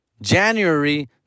January